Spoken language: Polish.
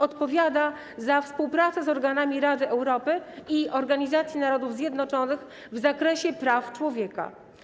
Odpowiada za współpracę z organami Rady Europy i Organizacji Narodów Zjednoczonych w zakresie praw człowieka.